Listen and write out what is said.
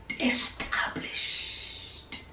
established